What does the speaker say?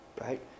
right